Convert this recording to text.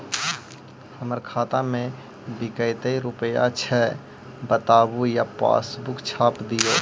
हमर खाता में विकतै रूपया छै बताबू या पासबुक छाप दियो?